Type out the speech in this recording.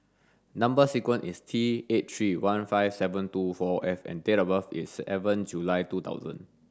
number sequence is T eight three one five seven two four F and date of birth is July two thousand